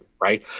right